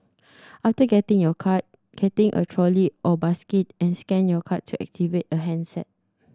after getting your card getting a trolley or basket and scan your card to activate a handset